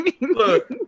Look